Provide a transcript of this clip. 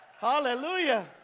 Hallelujah